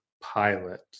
pilot